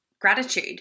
gratitude